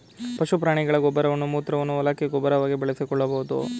ಪಶು ಪ್ರಾಣಿಗಳ ಗೊಬ್ಬರವನ್ನು ಮೂತ್ರವನ್ನು ಹೊಲಕ್ಕೆ ಗೊಬ್ಬರವಾಗಿ ಬಳಸಿಕೊಳ್ಳಬೋದು